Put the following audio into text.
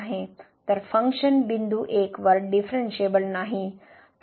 तर फंक्शन बिंदू १ वर डिफरनशिएबल नाही